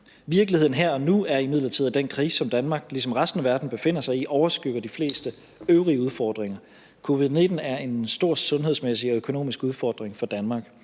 Virkeligheden her og nu er imidlertid, at den krise, som Danmark ligesom resten af verden befinder sig, overskygger de fleste øvrige udfordringer. Covid-19 er en stor sundhedsmæssig og økonomisk udfordring for Danmark.